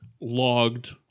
logged